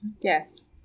yes